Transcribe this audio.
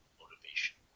motivation